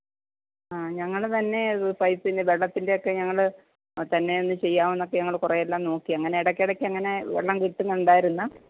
ഞങ്ങൾ തന്നെ അത് പൈപ്പിൻ്റെ വെള്ളത്തിൻ്റെ ഒക്കെ ഞങ്ങൾ തന്നെ ഒന്ന് ചെയ്യാവെന്ന് ഒക്കെ കുറെയെല്ലാം നോക്കി അങ്ങനെ ഇടക്കിടയ്ക്കിടെക്കങ്ങനെ വെള്ളം കെട്ടുന്നുണ്ടായിരുന്നു